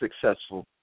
successful